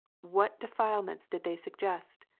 what defilements did they suggest!